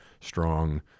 strong